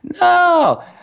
No